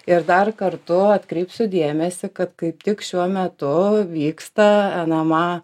ir dar kartu atkreipsiu dėmesį kad kaip tik šiuo metu vyksta nma